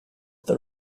the